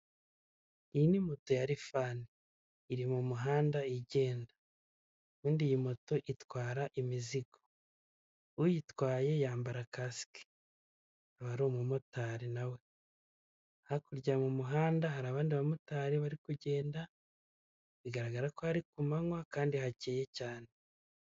Iyi ni moto ya rifani iri mu muhanda igenda, ubundi iyi moto itwara imizigo, uyitwaye yambara kasike abari umumotari nawe hakurya y'umuhanda hari abandi bamotari bari kugenda bigaragara ko ari ku manywa kandi hakeye cyane.